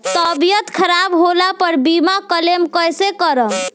तबियत खराब होला पर बीमा क्लेम कैसे करम?